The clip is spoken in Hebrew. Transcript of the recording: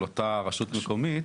דווקא של רשות מקומית,